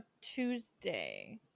Tuesday